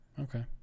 Okay